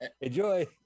Enjoy